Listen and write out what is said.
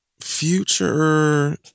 Future